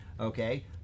okay